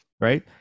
right